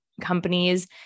companies